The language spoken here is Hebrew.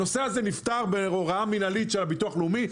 הנושא הזה נפתר בהוראה מינהלית של ביטוח לאומי,